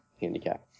handicap